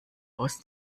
aus